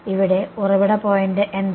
ഇവിടെ ഉറവിട പോയിന്റ് എന്താണ്